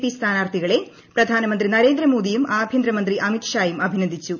P സ്ഥാനാർത്ഥികളെ പ്രധാനമന്ത്രി നരേന്ദ്രമോ ദിയും ആഭ്യന്തരമന്ത്രി അമിത് ഷായും അഭിനന്ദിച്ചു